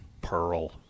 Pearl